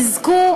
יזכו